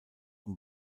und